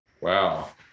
wow